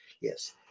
yes